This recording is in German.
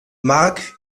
marc